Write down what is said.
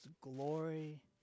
glory